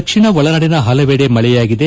ದಕ್ಷಿಣ ಒಳನಾಡಿನ ಹಲವೆಡೆ ಮಳೆಯಾಗಿದೆ